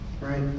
right